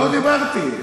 לא דיברתי.